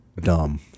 dumb